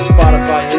Spotify